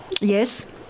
Yes